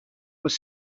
was